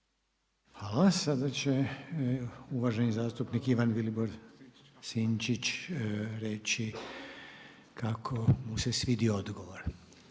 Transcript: Hvala. Sada će uvaženi zastupnik Ivan Vilibor Sinčić reći kako mu se svidio odgovor.